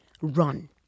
run